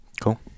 Cool